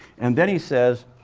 and then, he says,